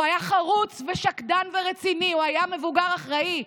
הוא היה חרוץ ושקדן ורציני, הוא היה מבוגר אחראי.